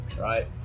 right